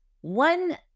One